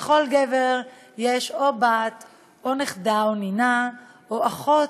לכל גבר יש או בת או נכדה או נינה או אחות,